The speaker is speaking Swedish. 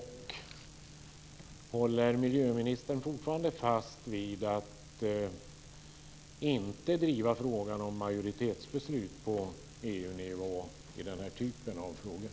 Håller miljöministern fortfarande fast vid att inte driva detta med majoritetsbeslut på EU-nivå i den här typen av frågor?